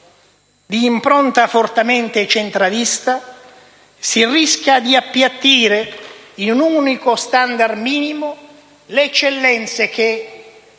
di impronta fortemente centralista si rischia di appiattire in un unico standard minimo le eccellenze che,